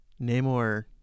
Namor